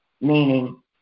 meaning